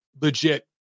legit